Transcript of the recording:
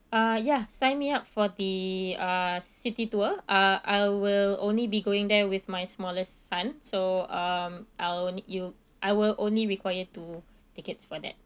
uh ya sign me up for the uh city tour uh I will only be going there with my smallest son so uh I'll you I will only require two tickets for that